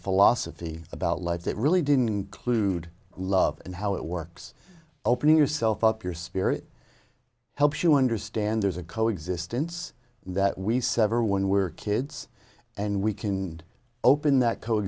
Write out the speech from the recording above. philosophy about life that really didn't include love and how it works opening yourself up your spirit helps you understand there's a coexistence that we sever when we were kids and we can open that co